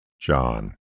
John